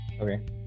okay